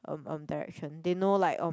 um direction they know like